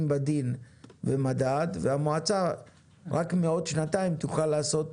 בדין ומדעיו" והמועצה רק מעוד שנתיים תוכל לעשות